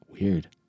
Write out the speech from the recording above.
Weird